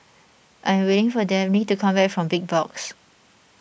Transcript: I am waiting for Dabney to come back from Big Box